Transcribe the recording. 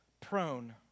prone